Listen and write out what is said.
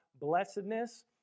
blessedness